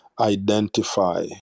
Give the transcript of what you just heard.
identify